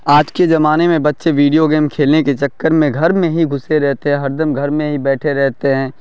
آج کے زمانے میں بچے ویڈیو گیمس کھیلنے کے چکر میں گھر میں ہی گھسے رہتے ہیں ہر دم گھر میں ہی بیٹھے رہتے ہیں